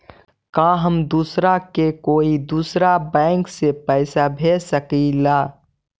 का हम दूसरा के कोई दुसरा बैंक से पैसा भेज सकिला?